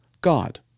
God